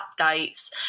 updates